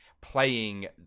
playing